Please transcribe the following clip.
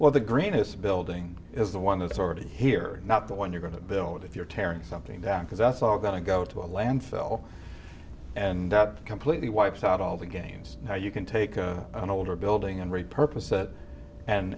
well the greenest building is the one that's already here not the one you're going to build if you're tearing something down because that's all going to go to a landfill and completely wipes out all the games now you can take an older building and repurpose it and